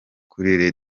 kuri